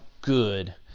good